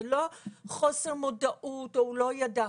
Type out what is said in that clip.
זה לא חוסר מודעות או הוא לא ידע.